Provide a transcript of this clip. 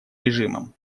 режимом